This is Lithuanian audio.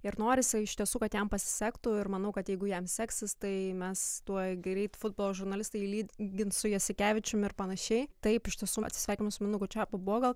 ir norisi iš tiesų kad jam pasisektų ir manau kad jeigu jam seksis tai mes tuoj greit futbolo žurnalistai lygins su jasikevičium ir panašiai taip iš tiesų atsisveikinus su mindaugu čepu buvo gal